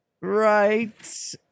right